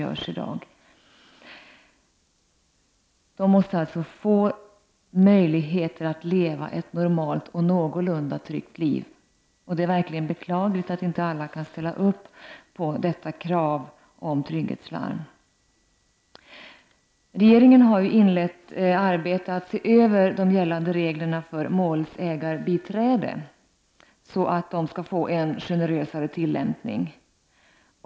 Dessa människor måste alltså få möjligheter att leva ett normalt och någorlunda tryggt liv. Det är verkligen beklagligt att inte alla kan ställa sig bakom detta krav på trygghetslarm. Regeringen har inlett ett arbete för att se över de gällande reglerna för målsägandebiträde så att de skall få en generösare tillämpning.